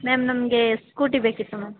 ma'am ನಮ್ಗೆ scooty ಬೇಕಿತ್ತು ma'am